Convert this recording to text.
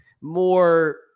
more